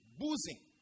boozing